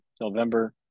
november